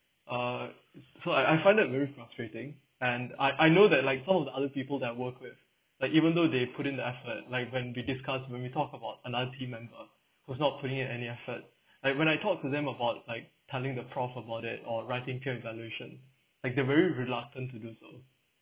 uh so I I find it very frustrating and I I know that like some of the other people that I've worked with like even though they put in the effort like when we discussed when we talked about another team member was not putting in any effort like when I talked to them about like telling the prof about it or writing peer evaluation like they very reluctant to do so